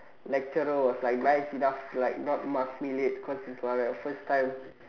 lecturer was like by is enough like not mark me late cause it's like a first time